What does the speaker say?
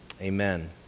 Amen